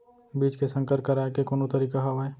बीज के संकर कराय के कोनो तरीका हावय?